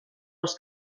els